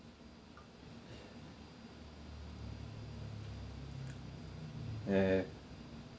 ya ya